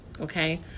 Okay